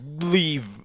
leave